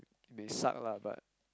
it may suck lah but